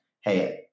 hey